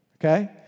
okay